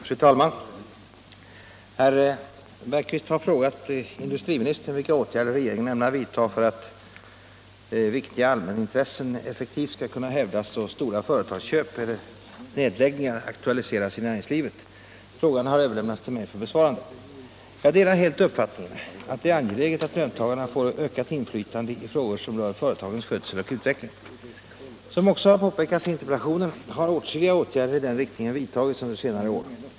Fru talman! Herr Bergqvist har frågat industriministern vilka åtgärder regeringen ämnar vidta för att viktiga allmänintressen effektivt skall kunna hävdas då stora företagsköp eller nedläggningar aktualiseras i näringslivet. Frågan har överlämnats till mig för besvarande. Jag delar helt uppfattningen att det är angeläget att löntagarna får ökat inflytande i frågor som rör företagens skötsel och utveckling. Som också påpekats i interpellationen har åtskilliga åtgärder i den riktningen vidtagits under senare år.